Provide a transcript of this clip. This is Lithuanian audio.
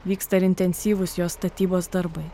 vyksta ir intensyvūs jos statybos darbai